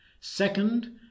Second